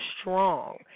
strong